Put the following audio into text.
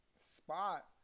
spot